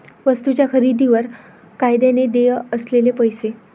वस्तूंच्या खरेदीवर कायद्याने देय असलेले पैसे